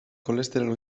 kolesterol